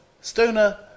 Stoner